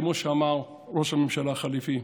כמו שאמר ראש הממשלה החליפי,